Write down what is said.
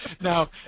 Now